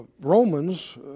Romans